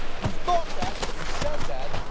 you thought that, you said that,